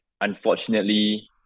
unfortunately